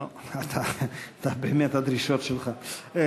נו, אתה באמת, הדרישות שלך.